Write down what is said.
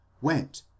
went